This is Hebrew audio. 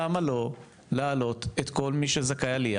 למה לא לעלות את כל מי שזכאי עלייה,